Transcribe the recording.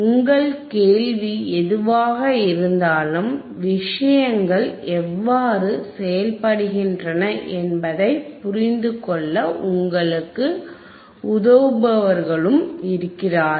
உங்கள் கேள்வி எதுவாக இருந்தாலும் விஷயங்கள் எவ்வாறு செயல்படுகின்றன என்பதை புரிந்துகொள்ள உங்களுக்கு உதவுபவர்களும் இருக்கிறார்கள்